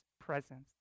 presence